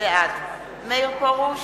בעד מאיר פרוש,